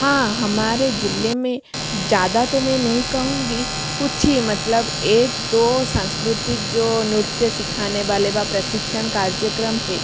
हाँ हमारे जिले में ज़्यादा तो मैं नहीं कहूँगी कुछ ही मतलब एक दो सांस्कृतिक जो नृत्य सिखाने बाले वा प्रशिक्षण कार्यक्रम है